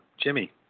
Jimmy